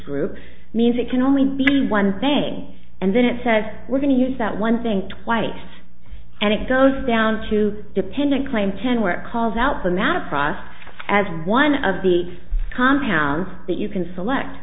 group means it can only be one thing and then it says we're going to use that one thing twice and it goes down to dependent claim ten where it calls out the math process as one of the compounds that you can select